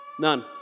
none